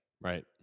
right